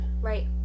Right